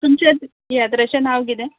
तुमच्या तियात्राचें नांव कितें